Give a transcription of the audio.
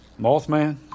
Mothman